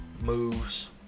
moves